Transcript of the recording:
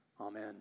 Amen